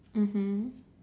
mmhmm